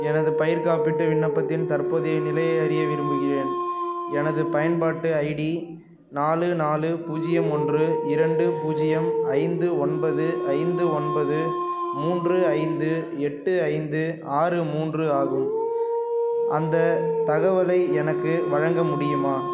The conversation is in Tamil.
எனது பயிர் காப்பீட்டு விண்ணப்பத்தின் தற்போதைய நிலையை அறிய விரும்புகிறேன் எனது பயன்பாட்டு ஐடி நாலு நாலு பூஜ்ஜியம் ஒன்று இரண்டு பூஜ்ஜியம் ஐந்து ஒன்பது ஐந்து ஒன்பது மூன்று ஐந்து எட்டு ஐந்து ஆறு மூன்று ஆகும் அந்த தகவலை எனக்கு வழங்க முடியுமா